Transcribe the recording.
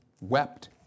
wept